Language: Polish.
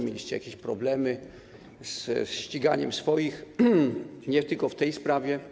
Mieliście jakieś problemy ze ściganiem swoich nie tylko w tej sprawie.